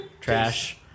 Trash